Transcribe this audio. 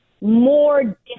more